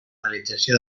realització